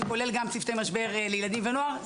שכולל גם צוותי משבר לילדים ונוער.